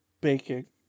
baking